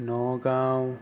Nagaon